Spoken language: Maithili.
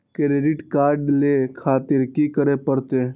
क्रेडिट कार्ड ले खातिर की करें परतें?